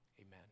Amen